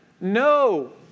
no